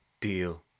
deal